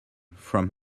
from